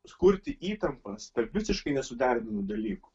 sukurti įtampas tarp visiškai nesuderinamų dalykų